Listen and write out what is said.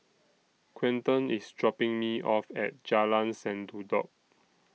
Quinten IS dropping Me off At Jalan Sendudok